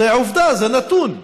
זאת עובדה, זה נתון.